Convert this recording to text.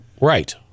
right